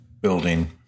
Building